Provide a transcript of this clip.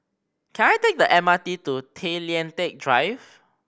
can I take the M R T to Tay Lian Teck Drive